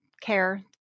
care